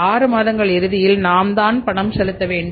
6 மாதங்கள் இறுதியில் நாம்தான் பணம் செலுத்த வேண்டும்